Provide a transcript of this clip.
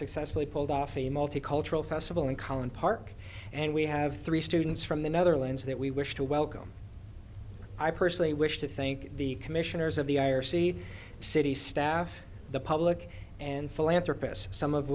successfully pulled off a multicultural festival in collin park and we have three students from the netherlands that we wish to welcome i personally wish to thank the commissioners of the i r c city staff the public and